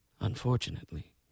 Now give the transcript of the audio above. unfortunately